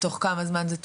תוך כמה זמן זה טופל,